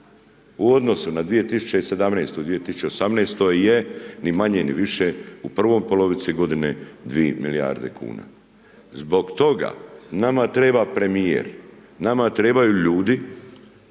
u odnosu na 2017. i 2018. je ni manje ni više u prvoj polovici godine 2 milijarde kuna, zbog toga nama treba premijer, nama trebaju ljudi